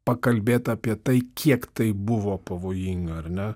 pakalbėt apie tai kiek tai buvo pavojinga ar ne